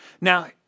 Now